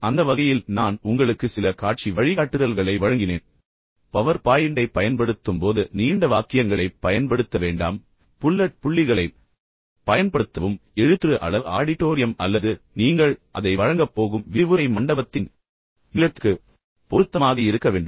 அந்த வகையில் நான் உங்களுக்கு சில காட்சி வழிகாட்டுதல்களை வழங்கினேன் குறிப்பாக நீங்கள் பவர் பாயிண்டை பயன்படுத்தும்போது நீண்ட வாக்கியங்களைப் பயன்படுத்த வேண்டாம் புல்லட் புள்ளிகளைப் பயன்படுத்தவும் மேலும் எழுத்துரு அளவு ஆடிட்டோரியம் அல்லது நீங்கள் அதை வழங்கப் போகும் விரிவுரை மண்டபத்தின் நீளத்திற்கு பொருத்தமாக இருக்க வேண்டும்